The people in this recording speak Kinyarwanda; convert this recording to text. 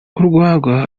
urwagwa